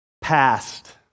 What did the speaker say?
past